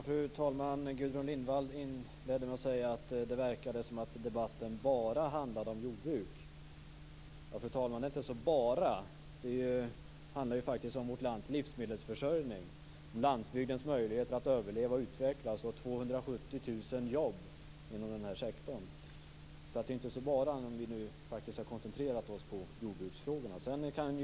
Fru talman! Gudrun Lindvall inledde med att säga att det verkar som om debatten bara handlar om jordbruk. Fru talman! Det är faktiskt inte "bara". Det handlar faktiskt om vårt lands livsmedelsförsörjning, om landsbygdens möjligheter att överleva och utvecklas och om 270 000 jobb inom den här sektorn. Om vi nu faktiskt har koncentrerat oss på jordbruksfrågorna, är det alltså inte så lite.